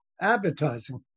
Advertising